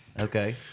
Okay